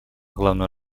главную